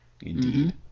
Indeed